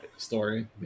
story